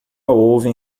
ouvem